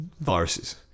viruses